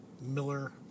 Miller